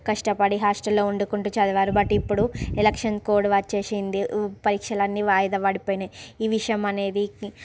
కష్టపడి హాస్టల్లో ఉండుకుంటూ చదివారు బట్ ఇప్పుడు ఎలక్షన్ కోడ్ వచ్చేసింది పరీక్షలు అన్ని వాయిదా పడిపోయినాయి ఈ విషయం అనేది